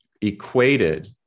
equated